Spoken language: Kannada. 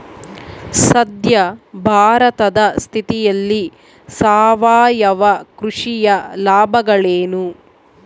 ಸದ್ಯ ಭಾರತದ ಸ್ಥಿತಿಯಲ್ಲಿ ಸಾವಯವ ಕೃಷಿಯ ಲಾಭಗಳೇನು?